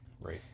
Right